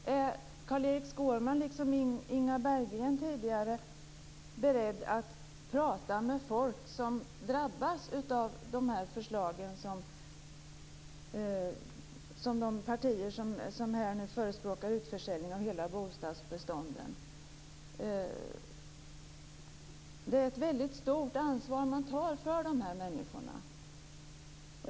Är Carl-Erik Skårman, liksom Inga Berggren, beredd att prata med folk som drabbas av de förslag som de partier som förespråkar utförsäljning av hela bostadsbestånden har lagt fram? Det är ett väldigt stort ansvar som man tar för dessa människor.